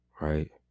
Right